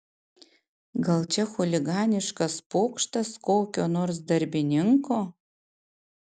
gal čia chuliganiškas pokštas kokio nors darbininko